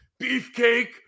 beefcake